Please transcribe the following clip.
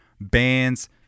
bands